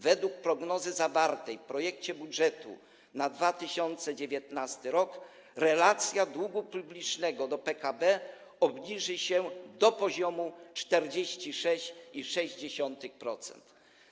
Według prognozy zawartej w projekcie budżetu na 2019 r. relacja długu publicznego do PKB obniży się do poziomu 46,6%.